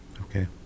Okay